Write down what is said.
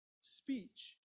Speech